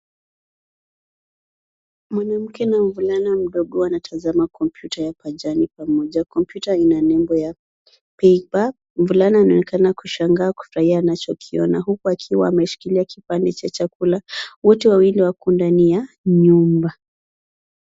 Mwanamke na mvulana mdogo wantazama kompyuta ya pajani pamoja. Kompyuta ina nembo ya Peiper. Mvulana annaonekana kushangaa kufurahia anachokiona huku akiwa ameshikilia kipande cha chakula. Wote wawili wako ndani ya nyumba.